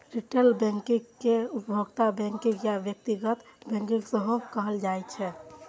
retail banking कें उपभोक्ता banking या व्यक्तिगत बैंकिंग सेहो कहल जाइ छै